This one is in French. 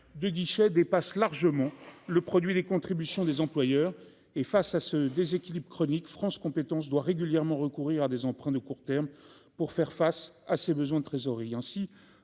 de guichets dépasse largement le produit des contributions des employeurs et face à ce déséquilibre chronique France compétences doit régulièrement recourir à des emprunts de court terme pour faire face à ses besoins de trésorerie ainsi